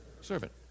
Servant